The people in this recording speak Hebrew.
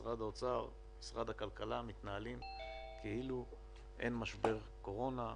משרד האוצר ומשרד הכלכלה מתנהלים כאילו אין קורונה,